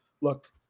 look